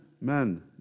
men